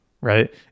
right